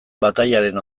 batailaren